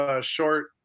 short